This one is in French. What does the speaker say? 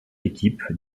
équipe